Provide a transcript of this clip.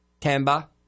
Tamba